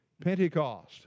Pentecost